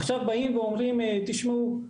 עכשיו באים ואומרים: תשמעו,